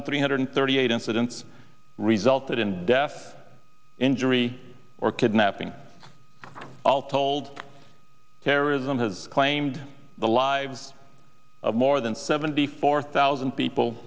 thousand three hundred thirty eight incidents resulted in death injury or kidnapping all told terrorism has claimed the lives of more than seventy four thousand people